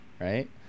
Right